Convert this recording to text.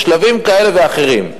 בשלבים כאלה ואחרים,